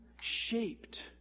shaped